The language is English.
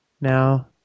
now